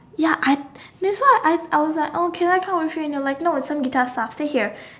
ya I that's why I I was like oh can with you and you were like no I have some guitar stuff stay here